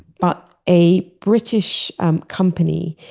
but a british um company,